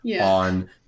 on